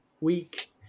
week